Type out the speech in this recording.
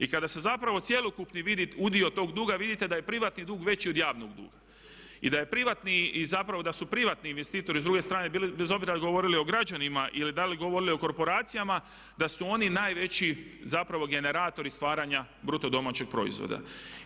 I kada se zapravo cjelokupni udio tog duga vidite da je privatni dug veći od javnog duga i da je privatni i zapravo da su privatni investitori s druge strane bili bez obzira govorili o građanima ili da li govorili o korporacijama da su oni najveći zapravo generatori stvaranja BDP-a.